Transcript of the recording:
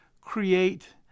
create